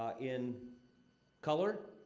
in color.